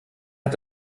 hat